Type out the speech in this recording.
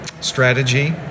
Strategy